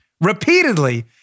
repeatedly